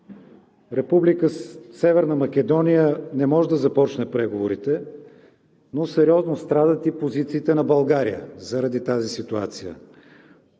Република Северна Македония не може да започне преговорите, но сериозно страдат и позициите на България заради тази ситуация